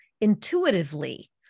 intuitively